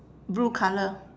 blue colour